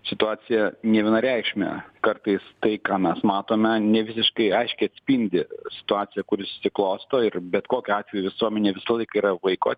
situacija nevienareikšmė kartais tai ką mes matome ne visiškai aiškiai atspindi situaciją kuri susiklosto ir bet kokiu atveju visuomenė visą laiką yra vaiko